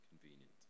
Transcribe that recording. Convenient